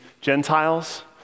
Gentiles